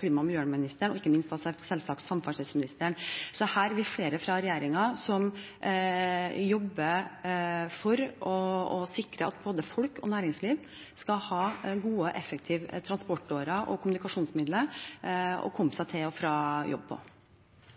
klima- og miljøministeren og ikke minst samferdselsministeren, selvsagt. Vi er flere fra regjeringen som jobber for å sikre at både folk og næringsliv skal ha gode og effektive transportårer og kommunikasjonsmidler å komme seg til og fra jobb på.